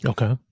Okay